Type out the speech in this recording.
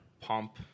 pump